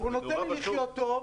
הוא נותן לי לחיות טוב,